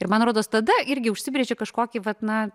ir man rodos tada irgi užsibrėži kažkokį vat na